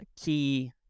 key